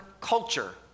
culture